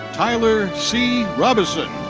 tyler c. robertson.